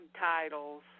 titles